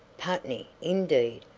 putney, indeed!